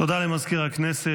תודה למזכיר הכנסת.